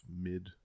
mid